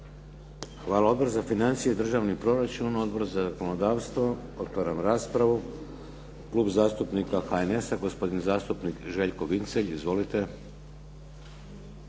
Hvala. Odbor za financije i državni proračun? Odbor za zakonodavstvo? Otvaram raspravu. Klub zastupnika HNS-a, gospodin zastupnik Željko Vincelj. Izvolite. Nema